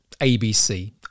ABC